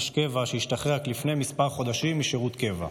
איש קבע שהשתחרר רק לפני כמה חודשים משירות קבע: